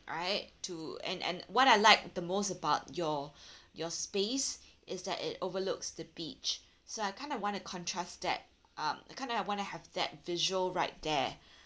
right to and and what I like the most about your your space is that it overlooks the beach so I kind of want to contrast that um I kind of want to have that visual right there